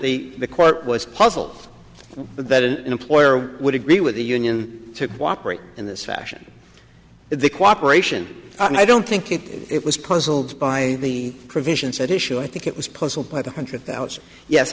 the court was puzzled that an employer would agree with the union to cooperate in this fashion the cooperation and i don't think it it was puzzled by the provisions at issue i think it was puzzled by the hundred thousand yes